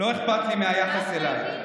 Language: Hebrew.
לא אכפת לי מהיחס אליי.